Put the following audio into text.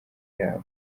yabo